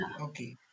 okay